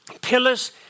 pillars